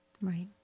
Right